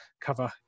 cover